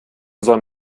sonn